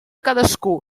cadascú